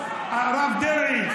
הרב דרעי,